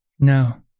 No